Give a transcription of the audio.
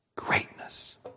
Greatness